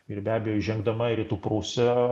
ir be abejo įžengdama į rytų prūsiją